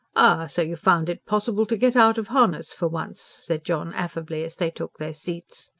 ah, so you found it possible to get out of harness for once? said john affably, as they took their seats.